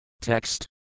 text